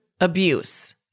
abuse